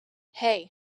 hey